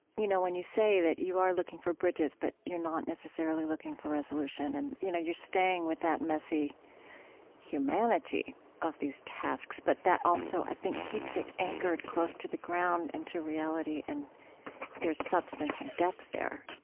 you know, when you say that you are looking for bridges, but you're not necessarily looking for resolution. and you know, you're staying with that messy humanity of these tasks, but that also, i think, keeps it anchored close to the ground and to reality and there's substance and depth there